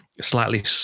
slightly